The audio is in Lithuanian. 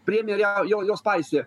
priėmė ir ją jo jos paisė